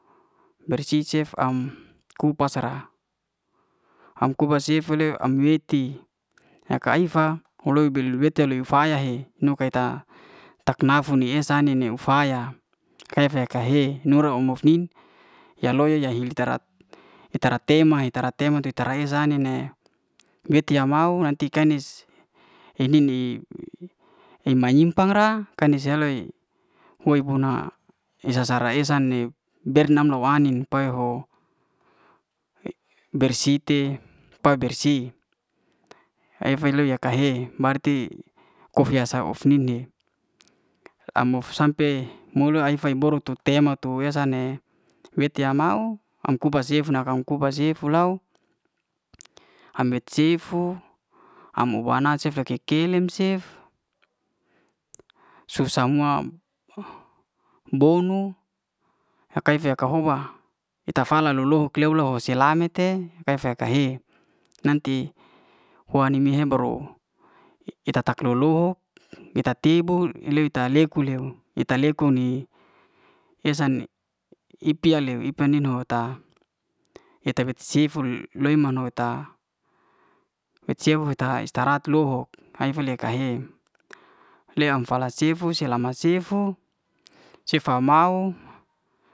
Ber'ce cef am kupas sa'ra, am kupas sifu le am we'ti yak'a aifa oloy bel wet'teli faya he nu'kay ta, tak naf'un ni esa ni, ni ufa'ya kese ka he nur'm uf'min ya loyol ya ital'trat temai. ita'tra temai tu ita'tra esa ni'ne bety ya mau nanti kanis henin i i manyimpang ra kanis si'eloy woe'buna esa sara esa ai'nin bernam'no wa ai'nin pae ho bersih te, pa bersih efe'lu ka he barti kofya sa of ni he amuf sampe mulu ai'faka boruk tu te'imo tu iya'sa ne wet'ya mahu am'kuba si'efu na kam kuba siefu lauo, ame cifu am'buana cef ke'ki kelem cef su samua bou'nu ha kaife ha'houba ita fala lu'lohu kleu'lo selane te kefe ka he nanti kua'ni me he baru ita tak lo'loho, ita tibu lewi ta leku leu, ita leku ni esa ni epa'le iepa'le ni'ho ta ita be sifu loe mau'no ta be sefu eta istarahat lo ho ai'fa le ka he, le'am fala sifu selama sifu. cef a mau